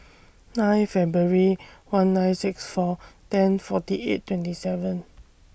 nine February one nine six four ten forty eight twenty seven